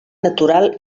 natural